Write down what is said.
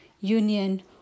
union